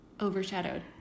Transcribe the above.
Overshadowed